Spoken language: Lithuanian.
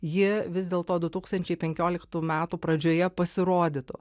ji vis dėlto du tūkstančiai penkioliktų metų pradžioje pasirodytų